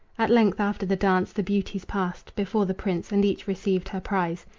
at length, after the dance, the beauties passed before the prince, and each received her prize.